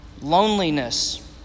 Loneliness